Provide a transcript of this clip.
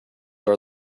are